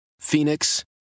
Phoenix